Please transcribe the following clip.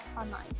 online